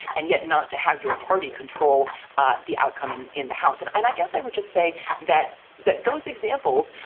and yet not to have your party control the outcome in in the house. and and i guess i would just say that that those examples,